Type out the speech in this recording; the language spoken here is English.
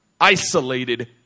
isolated